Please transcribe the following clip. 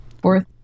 Fourth